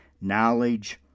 knowledge